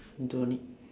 don't need